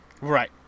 Right